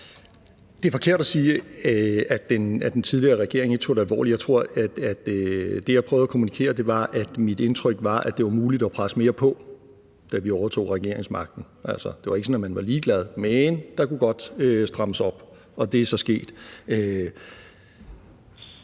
Det er forkert at sige, at den tidligere regering ikke tog det alvorligt. Jeg tror, at det, jeg prøvede at kommunikere, var, at mit indtryk var, at det var muligt at presse mere på, da vi overtog regeringsmagten. Altså, det var ikke sådan, at man var ligeglad, men der kunne godt strammes op, og det er så sket.